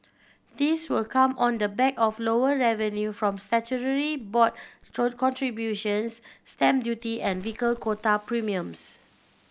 this will come on the back of lower revenue from statutory board contributions stamp duty and vehicle quota premiums